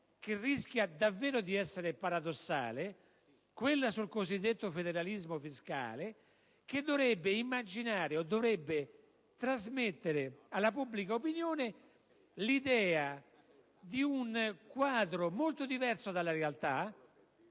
che rischia davvero di essere paradossale, quella sul cosiddetto federalismo fiscale, che dovrebbe trasmettere alla pubblica opinione l'idea di un quadro molto diverso dalla realtà,